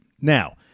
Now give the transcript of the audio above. Now